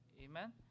Amen